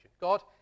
God